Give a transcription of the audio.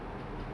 ya